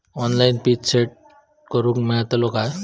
Online PIN set करूक मेलतलो काय?